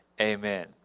Amen